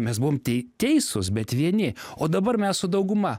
mes buvom tei teisus bet vieni o dabar mes su dauguma